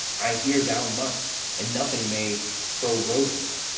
i hear thou must, and nothing may prorogue it,